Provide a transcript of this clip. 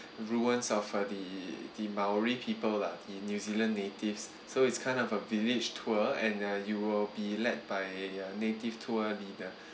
ruins of uh the the maori people lah the new zealand natives so it's kind of a village tour and uh you will be led by native tour leader